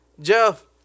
Jeff